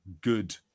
good